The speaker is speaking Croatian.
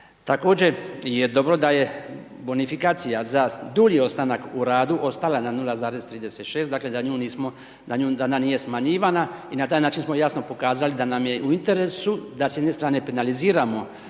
Također je dobro da je bonifikacija za dulji ostanak u radu ostala na 0,36, dakle da ona nije smanjivana i na taj način smo jasno pokazali da nam je u interesu da s jedne strane penaliziramo